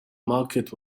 market